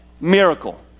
Miracle